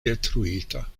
detruita